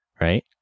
right